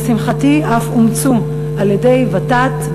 שלשמחתי אף אומצו על-ידי ות"ת,